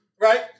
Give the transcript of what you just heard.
Right